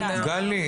גלי,